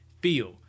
feel